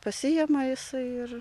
pasiima jisai ir